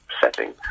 setting